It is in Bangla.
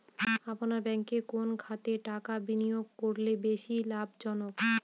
আপনার ব্যাংকে কোন খাতে টাকা বিনিয়োগ করলে বেশি লাভজনক?